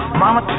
mama